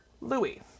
Louis